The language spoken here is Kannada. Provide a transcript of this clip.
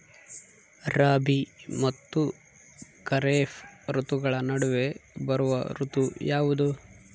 ರಾಬಿ ಮತ್ತು ಖಾರೇಫ್ ಋತುಗಳ ನಡುವೆ ಬರುವ ಋತು ಯಾವುದು?